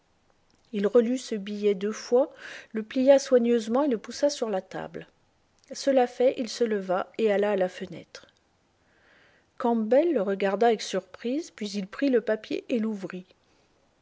il relut ce billet deux fois le plia soigneusement et le poussa sur la table cela fait il se leva et alla à la fenêtre campbell le regarda avec surprise puis il prit le papier et l'ouvrit